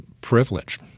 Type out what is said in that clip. Privilege